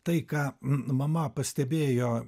tai ką mama pastebėjo